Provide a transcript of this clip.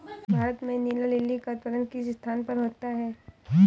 भारत में नीला लिली का उत्पादन किस स्थान पर होता है?